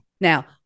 now